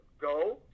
go